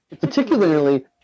particularly